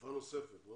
בתקופה נוספת.